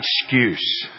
excuse